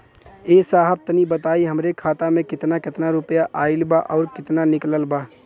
ए साहब तनि बताई हमरे खाता मे कितना केतना रुपया आईल बा अउर कितना निकलल बा?